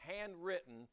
handwritten